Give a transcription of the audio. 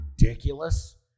ridiculous